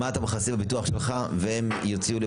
מה אתה מכסה בביטוח שלך והם יוציאו לי?